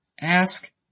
Ask